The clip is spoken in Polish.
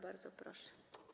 Bardzo proszę.